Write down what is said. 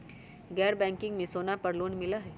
गैर बैंकिंग में सोना पर लोन मिलहई?